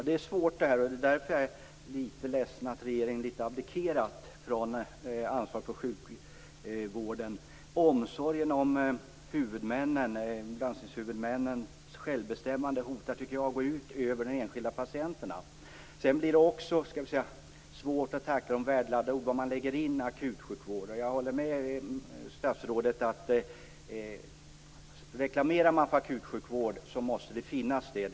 Fru talman! Det är en svår fråga. Därför är jag ledsen att regeringen litet grand har abdikerat från ansvaret för sjukvården. Omsorgen över landstingshuvudmännens självbestämmande hotar att gå ut över de enskilda patienterna. Det är svårt att veta vad man lägger in i värdeladdade ord som akutsjukvård. Jag håller med statsrådet att om det görs reklam för akutsjukvård måste den vården också finnas.